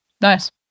Nice